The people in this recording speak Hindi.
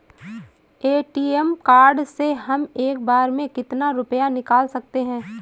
ए.टी.एम कार्ड से हम एक बार में कितना रुपया निकाल सकते हैं?